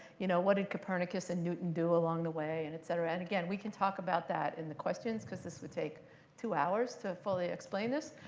you know, what did copernicus and newton do along the way, and et cetera. and again, we can talk about that in the questions because this would take two hours to fully explain this.